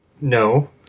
no